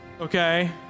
Okay